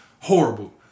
horrible